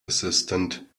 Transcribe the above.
assistant